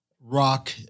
rock